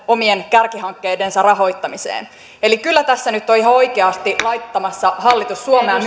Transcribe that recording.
omien kärkihankkeidensa rahoittamiseen eli kyllä tässä on nyt ihan oikeasti hallitus laittamassa suomea